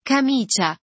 Camicia